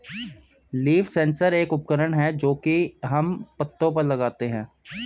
leaf sensor एक उपकरण है जो की हम पत्तो पर लगाते है